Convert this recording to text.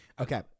Okay